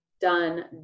done